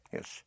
Yes